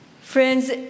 Friends